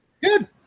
Good